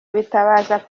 bitabaza